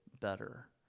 better